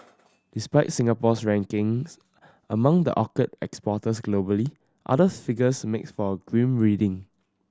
despite Singapore's rankings among the orchid exporters globally other figures make for grim reading